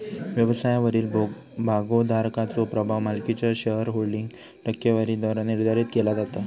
व्यवसायावरील भागोधारकाचो प्रभाव मालकीच्यो शेअरहोल्डिंग टक्केवारीद्वारा निर्धारित केला जाता